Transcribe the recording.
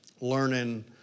learning